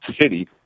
city